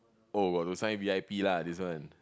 oh got to sign v_i_p lah this one